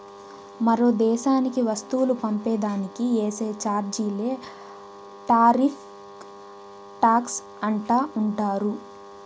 మరో దేశానికి వస్తువులు పంపే దానికి ఏసే చార్జీలే టార్రిఫ్ టాక్స్ అంటా ఉండారు